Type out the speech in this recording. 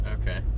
Okay